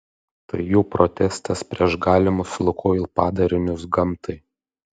tai jų protestas prieš galimus lukoil padarinius gamtai